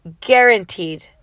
guaranteed